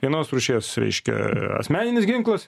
vienos rūšies reiškia asmeninis ginklas